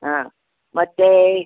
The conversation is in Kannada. ಹಾಂ ಮತ್ತು